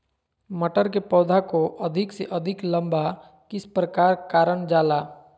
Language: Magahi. मटर के पौधा को अधिक से अधिक लंबा किस प्रकार कारण जाला?